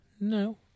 no